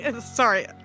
Sorry